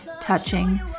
touching